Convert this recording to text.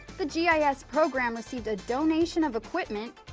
the yeah gis program received a donation of equipment,